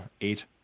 eight